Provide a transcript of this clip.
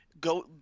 go